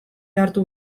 hartu